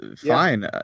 fine